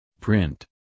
Print